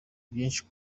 byinshi